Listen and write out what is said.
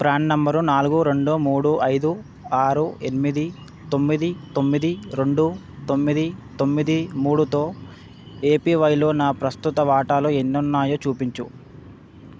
PRAN number నాలుగు రెండు మూడు ఐదు ఆరు ఎనిమిది తొమ్మిది తొమ్మిది రెండు తొమ్మిది తొమ్మిది మూడుతో ఏపీవైలో నా ప్రస్తుత వాటాలు ఎన్నున్నాయో చూపించు